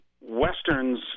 westerns